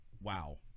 Wow